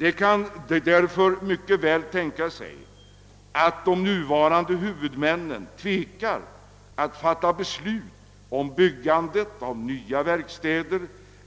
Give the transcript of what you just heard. Det kan därför mycket väl tänkas att de nuvarande huvudmännen tvekar att fatta beslut om byggandet av nya verkstäder